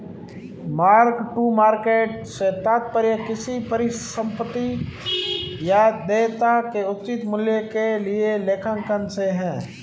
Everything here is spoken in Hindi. मार्क टू मार्केट से तात्पर्य किसी परिसंपत्ति या देयता के उचित मूल्य के लिए लेखांकन से है